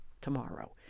tomorrow